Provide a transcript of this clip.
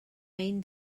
ein